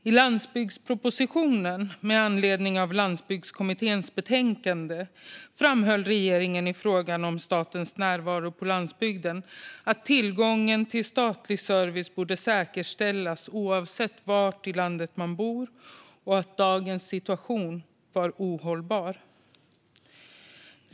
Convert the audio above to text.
I landsbygdspropositionen med anledning av Landsbygdskommitténs betänkande framhöll regeringen i frågan om statens närvaro på landsbygden att tillgången till statlig service borde säkerställas oavsett var i landet man bor och att dagens situation var ohållbar.